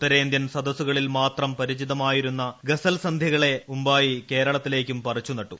ഉത്തരേന്ത്യൻ സദസുകളിൽമാത്രം പരിചിതമായിരുന്ന ഗസൽ സന്ധ്യകളെ ഉമ്പായി കേരളത്തിലേക്കും പറിച്ചു നട്ടു